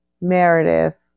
Meredith